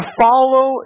follow